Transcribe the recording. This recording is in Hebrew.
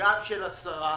גם של השרה,